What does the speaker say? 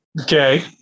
Okay